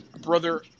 Brother